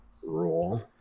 Rule